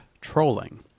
trolling